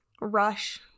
rush